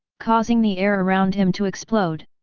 causing the air around him to explode.